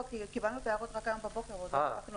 כי קיבלנו את ההערות רק הבוקר, לא הספקנו.